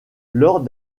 lors